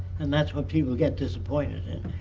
and that's what people get disappointed in,